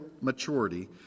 maturity